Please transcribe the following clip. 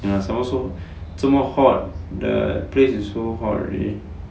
ya so more so 这么 hot the place is so hot already